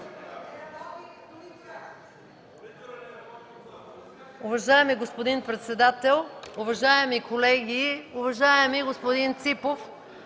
Уважаема госпожо председател, уважаеми колеги, уважаеми господин